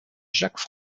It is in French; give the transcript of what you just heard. jacques